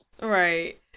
Right